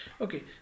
Okay